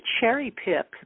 cherry-pick